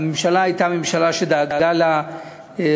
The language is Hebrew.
והממשלה הייתה ממשלה שדאגה לאוכלוסיות.